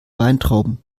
weintrauben